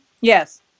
Yes